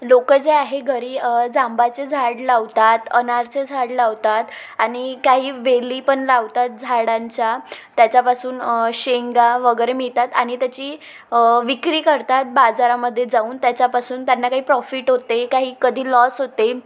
लोक जे आहे घरी जांबाचे झाड लावतात अनारचे झाड लावतात आणि काही वेली पण लावतात झाडांच्या त्याच्यापासून शेंगा वगैरे मिळतात आणि त्याची विक्री करतात बाजारामध्ये जाऊन त्याच्यापासून त्यांना काही प्रॉफिट होते काही कधी लॉस होते